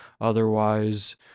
Otherwise